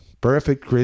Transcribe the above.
perfect